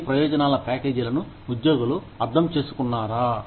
ఈ ప్రయోజనాల ప్యాకేజీలను ఉద్యోగులు అర్థం చేసుకున్నారా